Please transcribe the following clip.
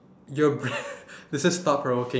your this is thought provoking